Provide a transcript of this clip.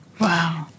Wow